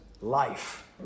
life